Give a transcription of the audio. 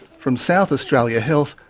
from south australia health,